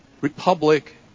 republic